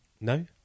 No